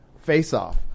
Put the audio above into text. face-off